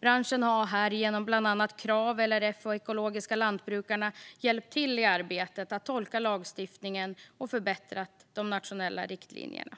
Branschen har genom bland annat Krav, LRF och Ekologiska Lantbrukarna hjälpt till i arbetet med att tolka lagstiftningen och förbättra de nationella riktlinjerna.